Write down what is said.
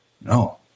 no